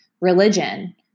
religion